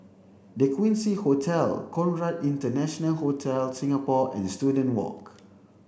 the Quincy Hotel Conrad International Hotel Singapore and Student Walk